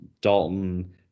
Dalton